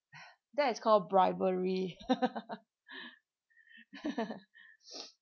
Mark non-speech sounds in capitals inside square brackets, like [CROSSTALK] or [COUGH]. [BREATH] that is called bribery [LAUGHS] [BREATH]